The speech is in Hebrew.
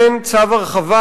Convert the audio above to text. כן צו הרחבה,